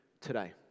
today